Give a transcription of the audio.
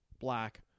black